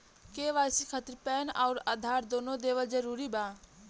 KYC खातिर PAN आउर आधार दुनों देवल जरूरी बा?